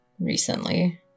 Recently